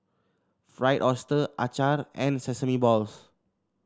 Fried Oyster acar and Sesame Balls